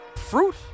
fruit